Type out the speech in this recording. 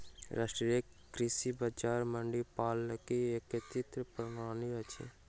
राष्ट्रीय कृषि बजार मंडी प्रणालीक एकीकृत प्रणाली अछि